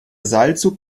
seilzug